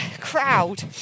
crowd